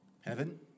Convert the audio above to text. Heaven